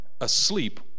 asleep